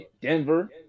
Denver